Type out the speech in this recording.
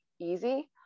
easy